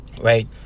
right